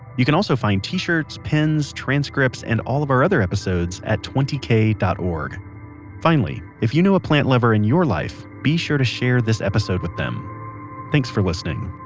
you can also find t-shirts, pins, transcripts and all of our other episodes at twenty k dot org finally, if you know a plant lover in your life, be sure to share this episode with them thanks for listening